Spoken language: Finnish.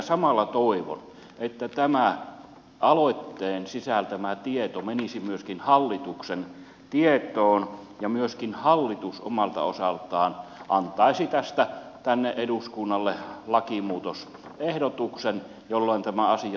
samalla toivon että aloitteen sisältämä tieto menisi myöskin hallituksen tietoon ja myöskin hallitus omalta osaltaan antaisi tästä eduskunnalle lakimuutosehdotuksen jolloin tä mä asia saataisiin kuntoon